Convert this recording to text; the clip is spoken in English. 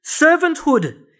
servanthood